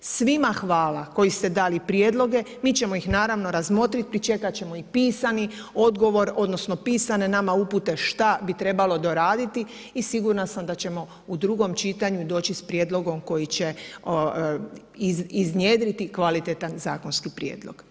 Svima hvala koji ste dali prijedloge, mi ćemo ih naravno razmotrit, pričekat ćemo i pisani odgovor, odnosno pisane nama upute šta bi trebalo doraditi i sigurna sam da ćemo u drugom čitanju doći s prijedlogom koji će iznjedriti kvalitetan zakonski prijedlog.